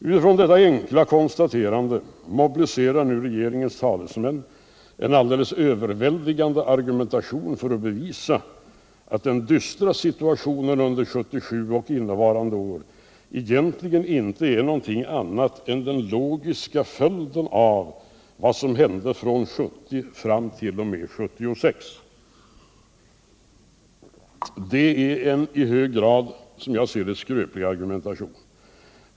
Utifrån detta enkla konstaterande mobiliserar nu regeringens talesmän en alldeles överväldigande argumentation för att bevisa att den dystra situationen under 1977 och innevarande år egentligen inte är någonting annat än den logiska följden av vad som hände från 19701. o. m. 1976. Det är en i hög grad, som jag ser det, skröplig argumentation.